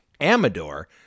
Amador